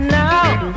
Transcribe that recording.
now